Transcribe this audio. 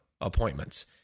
appointments